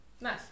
Nice